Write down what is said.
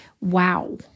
wow